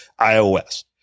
iOS